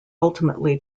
ultimately